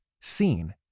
seen